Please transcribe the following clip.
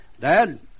Dad